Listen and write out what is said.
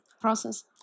process